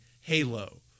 Halo